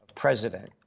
president